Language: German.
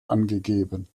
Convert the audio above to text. angegeben